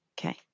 Okay